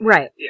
Right